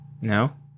No